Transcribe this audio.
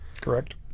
Correct